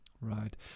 Right